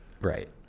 right